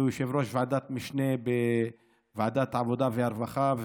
כיושב-ראש ועדת המשנה של ועדת העבודה והרווחה,